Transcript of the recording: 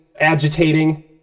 agitating